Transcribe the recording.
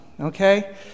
okay